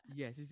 yes